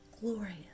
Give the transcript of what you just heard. glorious